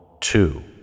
two